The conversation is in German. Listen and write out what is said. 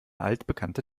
altbekannte